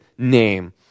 name